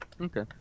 Okay